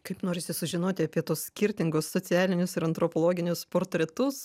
kaip norisi sužinoti apie tuos skirtingus socialinius ir antropologinius portretus